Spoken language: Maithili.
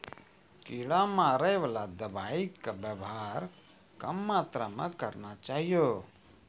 कीड़ा मारैवाला दवाइ के वेवहार कम मात्रा मे करना चाहियो